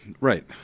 Right